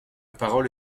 parole